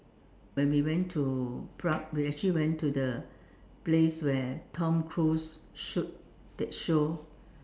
when we went to Prague we actually went to the place where Tom Cruise shoot that show